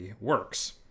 works